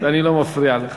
ואני לא מפריע לך.